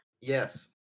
Yes